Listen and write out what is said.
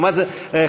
לעומת זאת,